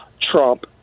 Trump